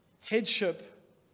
Headship